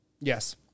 Yes